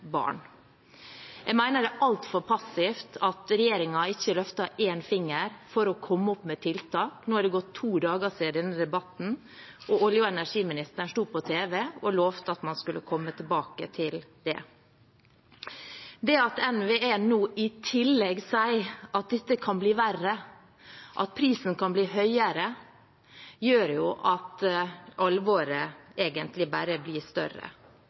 barn. Jeg mener det er altfor passivt at regjeringen ikke løfter en finger for å komme opp med tiltak. Nå er det gått to dager siden denne debatten, der olje- og energiministeren sto på tv og lovte at man skulle komme tilbake til det. Det at NVE nå i tillegg sier at det kan bli verre, at prisen kan bli høyere, gjør at alvoret bare blir større.